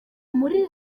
muri